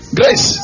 grace